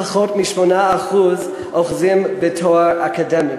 פחות מ-8% אוחזים בתואר אקדמי.